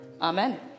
Amen